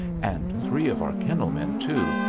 and three of our kennel-men, too,